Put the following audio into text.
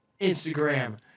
Instagram